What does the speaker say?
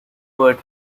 word